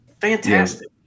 Fantastic